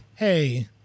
Hey